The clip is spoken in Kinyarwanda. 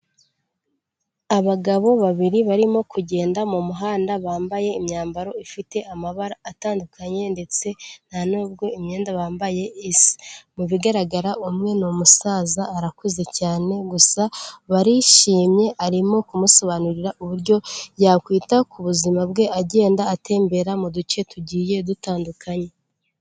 Abagabo babiri barimo kugenda mu muhanda bambaye imyambaro ifite amabara atandukanye, ndetse nta nubwo imyenda bambaye isa, mu bigaragara umwe ni umusaza arakuze cyane, gusa barishimye arimo kumusobanurira uburyo yakwita ku buzima bwe agenda atembera mu duce tugiye dutandukanye.